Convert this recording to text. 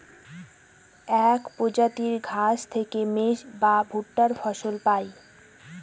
এক প্রজাতির ঘাস থেকে মেজ বা ভুট্টা ফসল পায়